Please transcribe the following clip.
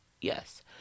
Yes